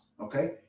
okay